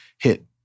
hit